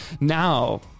Now